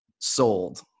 sold